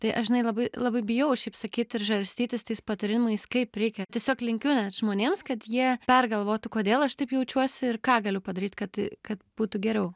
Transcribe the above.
tai aš žinai labai labai bijau šiaip sakyt ir žarstytis tais patarimais kaip reikia tiesiog linkiu žmonėms kad jie pergalvotų kodėl aš taip jaučiuosi ir ką galiu padaryt kad kad būtų geriau